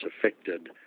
affected